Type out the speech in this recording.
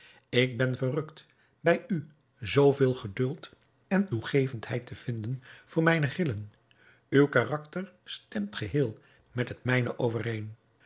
ik ben verrukt bij u zooveel geduld en toegevendheid te vinden voor mijne grillen uw karakter stemt geheel met het mijne overeen